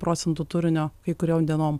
procentų turinio kai kuriom dienom